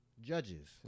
Judges